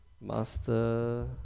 Master